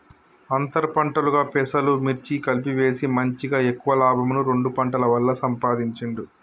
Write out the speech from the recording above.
అంతర్ పంటలుగా పెసలు, మిర్చి కలిపి వేసి మంచిగ ఎక్కువ లాభంను రెండు పంటల వల్ల సంపాధించిండు